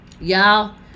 Y'all